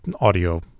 audio